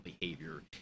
behavior